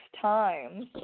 times